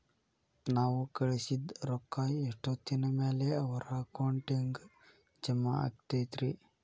ನಾವು ಕಳಿಸಿದ್ ರೊಕ್ಕ ಎಷ್ಟೋತ್ತಿನ ಮ್ಯಾಲೆ ಅವರ ಅಕೌಂಟಗ್ ಜಮಾ ಆಕ್ಕೈತ್ರಿ?